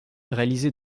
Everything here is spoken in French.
réalisées